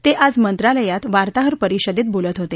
ते आज मंत्रालयात वार्ताहर परिषदेत बोलत होते